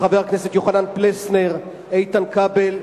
לחברי הכנסת יוחנן פלסנר, איתן כבל,